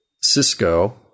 Cisco